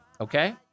okay